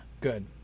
good